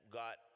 got